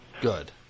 Good